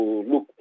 Look